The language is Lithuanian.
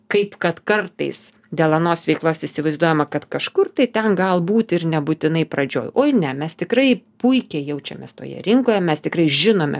kaip kad kartais dėl anos veiklos įsivaizduojama kad kažkur tai ten galbūt ir nebūtinai pradžioj oi ne mes tikrai puikiai jaučiamės toje rinkoje mes tikrai žinome